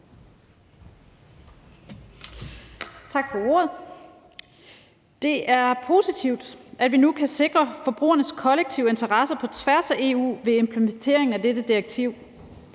Tak for ordet. Det er positivt, at vi nu kan sikre forbrugernes kollektive interesser på tværs af EU ved implementeringen af dette direktiv.